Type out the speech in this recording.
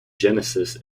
genesis